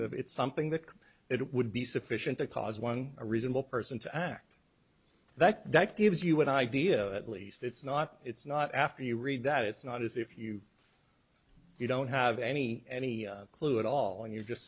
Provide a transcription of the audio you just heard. it's something that it would be sufficient to cause one a reasonable person to act that that gives you an idea at least it's not it's not after you read that it's not as if you you don't have any any clue at all you're just